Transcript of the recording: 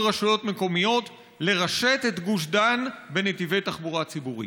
רשויות מקומיות לרשת את גוש דן בנתיבי תחבורה ציבורית,